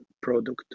product